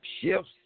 shifts